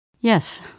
Yes